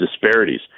disparities